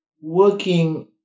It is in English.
working